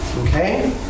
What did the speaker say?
Okay